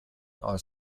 aus